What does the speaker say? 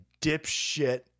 dipshit